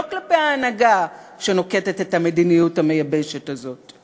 לא כלפי ההנהגה שנוקטת את המדיניות המייבשת הזאת.